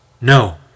No